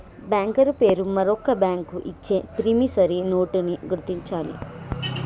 banker పేరు వేరొక bank ఇచ్చే ప్రామిసరీ నోటుని గుర్తించాలి